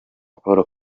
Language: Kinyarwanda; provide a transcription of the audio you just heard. paul